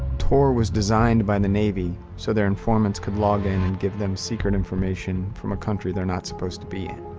tor was designed by the navy so their informants could login and give them secret information from a country they're not supposed to be in.